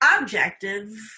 objective